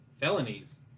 felonies